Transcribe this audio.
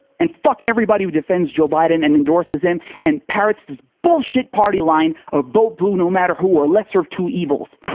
and fuck everybody who defends joe biden and endorses him, and parrots this bullshit party line a vote blue no matter who, or lesser of two evils.